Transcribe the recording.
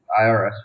irs